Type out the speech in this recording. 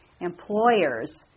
employers